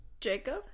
Jacob